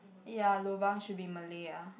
ya lobang should be Malay ah